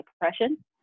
depression